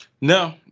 no